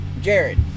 Jared